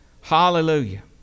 Hallelujah